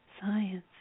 science